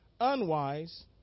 unwise